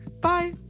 Bye